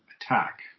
attack